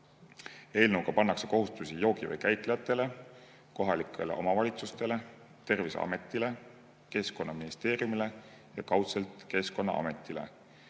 Eelnõuga pannakse kohustusi joogiveekäitlejatele, kohalikele omavalitsustele, Terviseametile, Keskkonnaministeeriumile ja kaudselt Keskkonnaametile.